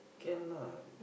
can lah